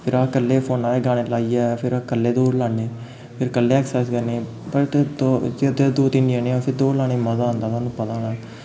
फिर अस कल्ले फोना र गाने लाइयै फिर कल्ले दौड़ लान्नें फिर कल्ले ऐक्सर्साइज करनें बट दो जे ते दो तिन्न जनें होन फिर दौड़ लाने गी मजा औंदा थुहानूं पता ऐ ना